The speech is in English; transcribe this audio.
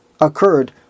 occurred